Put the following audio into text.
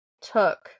took